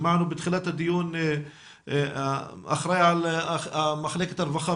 שמענו בתחילת הדיון את האחראי על מחלקת הרווחה